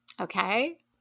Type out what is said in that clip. Okay